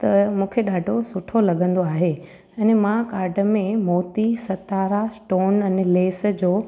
त मूंखे ॾाढो सुठो लॻंदो आहे अने मां काड में मोती सतारा स्टोन अने लेस जो